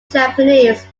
japanese